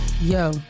Yo